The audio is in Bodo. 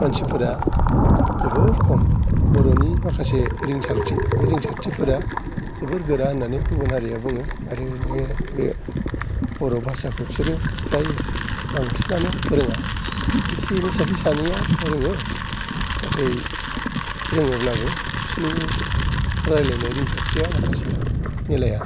मानसिफोरा जोबोर खम बर'नि माखासे रिंसारथि बे रिंसारथिफोरा जोबोर गोरा होननानै गुबुन हारिया बुङो आरो बे बर' भासाखौ बिसोरो फ्राय बांसिनानो रोङा इसे एनै सासे सानैआ रोङो नाथाय रोङोब्लाबो बिसिनि रायलायनाय रिंसारथिया माखासेया मिलाया